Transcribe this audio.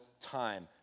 time